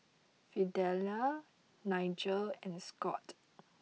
Fidelia Nigel and Scott